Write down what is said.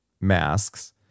masks